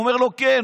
הוא אומר לו: כן.